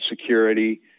security